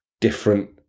different